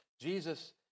Jesus